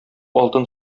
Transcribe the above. алтын